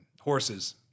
horses